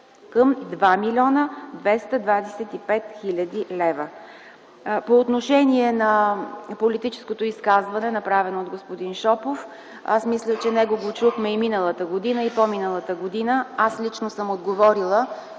към 2 млн. 225 хил. лв. По отношение на политическото изказване, направено от господин Шопов, аз мисля, че го чухме и миналата, и по-миналата година. Аз лично съм отговорила,